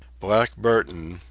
black burton,